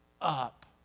up